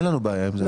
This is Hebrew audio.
אין לנו בעיה עם זה.